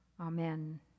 Amen